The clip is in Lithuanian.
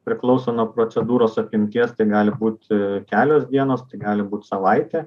priklauso nuo procedūros apimties tai gali būti kelios dienos tai gali būt savaitę